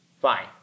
Fine